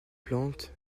plante